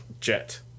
jet